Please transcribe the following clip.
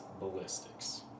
ballistics